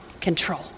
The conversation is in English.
control